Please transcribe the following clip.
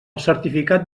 certificat